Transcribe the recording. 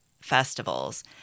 festivals